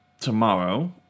tomorrow